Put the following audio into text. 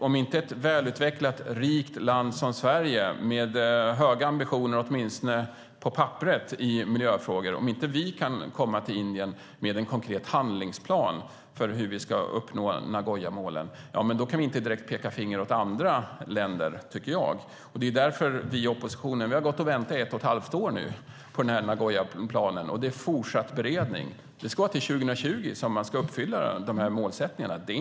Om inte ett välutvecklat, rikt land som Sverige med höga ambitioner åtminstone på papperet i miljöfrågor kan komma till Indien med en konkret handlingsplan för hur vi ska uppnå Nagoyamålen tycker inte jag att vi kan peka finger åt andra länder. Det är därför vi i oppositionen har gått och väntat i ett och ett halvt år på den här Nagoyaplanen, och det är fortsatt beredning. Men till 2020 ska de här målsättningarna uppfyllas.